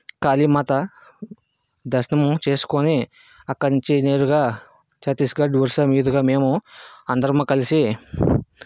కాళీమాత దర్శనము చేస్కొని అక్కడ్నించి నేరుగా ఛత్తీస్గడ్ ఒరిస్సా మీదుగా మేము అందరము కలిసి